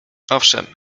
owszem